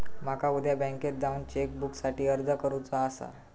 माका उद्या बँकेत जाऊन चेक बुकसाठी अर्ज करुचो आसा